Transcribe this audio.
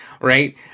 right